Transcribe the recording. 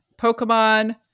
Pokemon